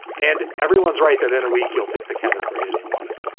and everyone's right that in a week you'll think the cat is great and you'll love it